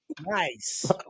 Nice